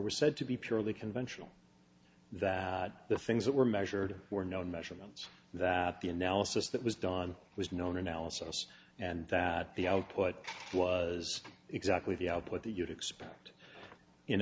said to be purely conventional that the things that were measured were known measurements that the analysis that was done was known analysis and that the output was exactly the output the you'd expect in